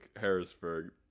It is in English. harrisburg